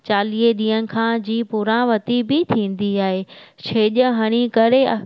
चालीह ॾींहं खां जी पूरां वरती बि थींदी आहे छेज हणी करे